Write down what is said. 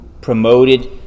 promoted